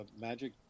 magic